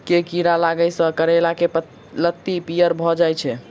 केँ कीड़ा लागै सऽ करैला केँ लत्ती पीयर भऽ जाय छै?